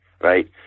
right